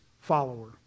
follower